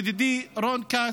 לידידי רון כץ,